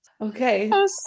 Okay